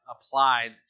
applied